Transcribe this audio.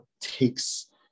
takes